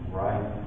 right